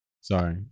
Sorry